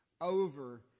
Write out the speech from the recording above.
over